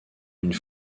une